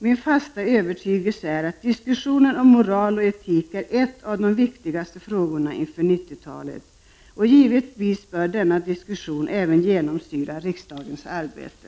Min fasta övertygelse är att diskussionen om moral och etik är en av de viktigaste frågorna inför 90-talet, och denna diskussion bör givetvis även genomsyra riksdagens arbete.